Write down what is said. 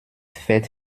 fett